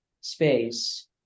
space